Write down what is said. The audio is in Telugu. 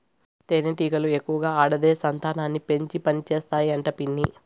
తేనెటీగలు ఎక్కువగా ఆడదే సంతానాన్ని పెంచి పనిచేస్తాయి అంట పిన్ని